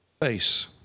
face